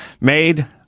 Made